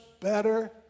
better